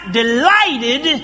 delighted